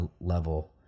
level